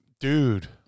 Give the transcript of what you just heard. Dude